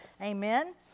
Amen